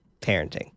Parenting